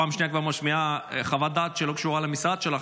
את פעם שנייה כבר משמיעה חוות דעת שלא קשורה למשרד שלך,